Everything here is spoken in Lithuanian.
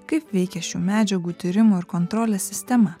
kaip veikia šių medžiagų tyrimų ir kontrolės sistema